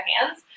hands